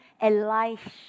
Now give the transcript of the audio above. Elisha